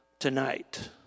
tonight